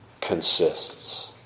consists